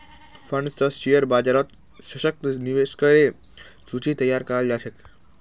fund स share बाजारत सशक्त निवेशकेर सूची तैयार कराल जा छेक